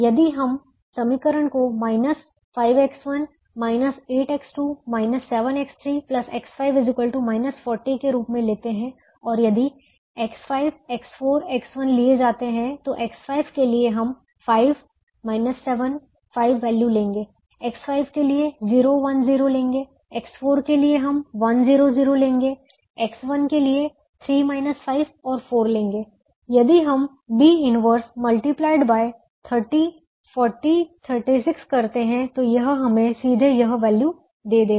यदि हम समीकरण को minus 5X1 8X2 7X3 X5 40 के रूप में लेते हैं और यदि X5 X4 X1 लिए जाते हैं तो X5 के लिए हम 5 7 5 वैल्यू लेंगे X5 के लिए 0 1 0 लेंगे X4 के लिए हम 1 0 0 लेंगे X1 के लिए 3 5 और 4 लेंगे और यदि हम B 1 multiplied by 30 40 36 करते हैं तो यह हमें सीधे यह वैल्यू दे देगा